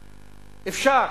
אפשר.